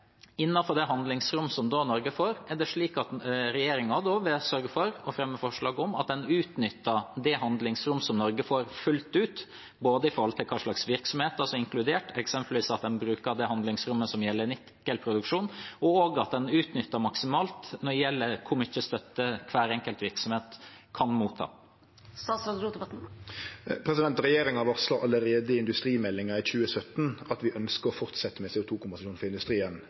det neste spørsmålet er: Vil regjeringen innenfor det handlingsrommet som Norge da får, sørge for å fremme forslag om at en utnytter det handlingsrommet som Norge får, fullt ut, både når det gjelder hva slags virksomhet, inkludert eksempelvis at en bruker det handlingsrommet som gjelder nikkelproduksjon, og at en utnytter maksimalt når det gjelder hvor mye støtte hver enkelt virksomhet kan motta? Regjeringa varsla allereie i industrimeldinga i 2017 at vi ønskjer å fortsetje med CO 2 -kompensasjon for industrien